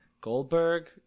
Goldberg